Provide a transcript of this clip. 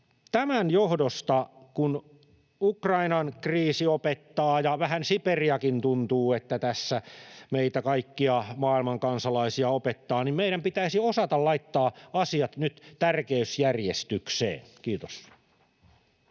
tämän johdosta — kun Ukrainan kriisi opettaa ja tuntuu, että tässä vähän Siperiakin meitä kaikkia maailmankansalaisia opettaa — meidän pitäisi osata laittaa asiat nyt tärkeysjärjestykseen. — Kiitos.